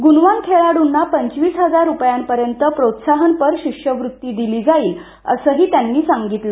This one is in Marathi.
गुणवान खेळाडुंना पंचवीस हजार रुपयांपर्यंत प्रोत्साहनपर शिष्यवृत्ती दिली जाईल असंही त्यांनी सांगितलं